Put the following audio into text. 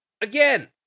again